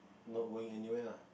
not going anywhere ah